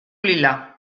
lila